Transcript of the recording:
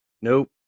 Nope